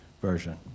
version